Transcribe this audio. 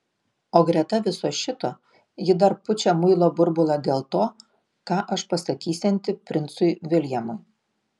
o greta viso šito ji dar pučia muilo burbulą dėl to ką aš pasakysianti princui viljamui